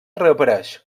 reapareix